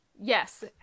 yes